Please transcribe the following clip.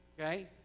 okay